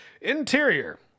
Interior